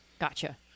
Gotcha